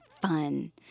fun